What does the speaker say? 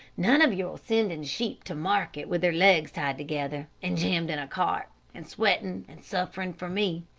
none of your sending sheep to market with their legs tied together, and jammed in a cart, and sweating and suffering for me.